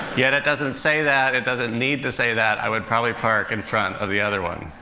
yet it doesn't say that it doesn't need to say that. i would probably park in front of the other one.